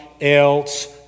else